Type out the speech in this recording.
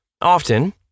often